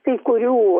kai kurių